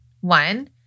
One